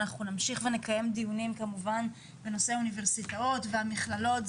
אנחנו נמשיך ונקיים דיונים כמובן בנושא האוניברסיטאות והמכללות.